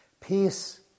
Peace